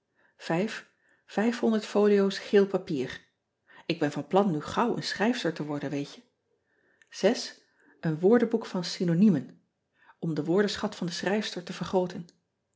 s geel papier k ben van plan nu gauw een schrijfster te worden weet je en woordenboek van synoniemen m de woordenschat van de schrijfster te vergrooten